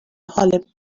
حال